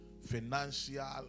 financial